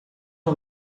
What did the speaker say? uma